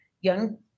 young